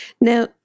now